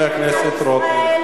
חבר הכנסת רותם,